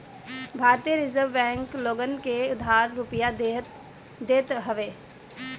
भारतीय reserve bank लोगन के उधार रुपिया देत हवे